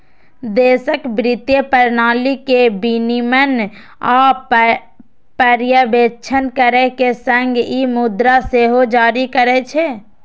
देशक वित्तीय प्रणाली के विनियमन आ पर्यवेक्षण करै के संग ई मुद्रा सेहो जारी करै छै